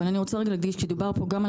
אבל אני רוצה להגיד שדובר פה גם על